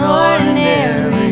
ordinary